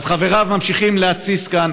אז חבריו ממשיכים להתסיס כאן.